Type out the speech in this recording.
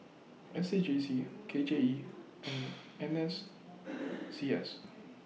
S A J C K J E and N S C S